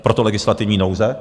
Proto legislativní nouze.